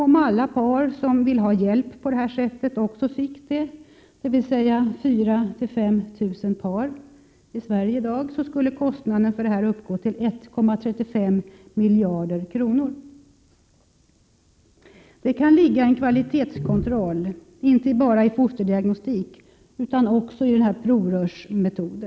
Om alla par som vill ha hjälp på detta sätt också fick det, i dag är det 4 000—5 000 par i Sverige, skulle kostnaden för detta uppgå till 1,35 miljarder kronor. Det kan ligga en kvalitetskontroll inte bara i fosterdiagnostik utan också i denna provrörsmetod.